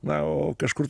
na o kažkur